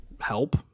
help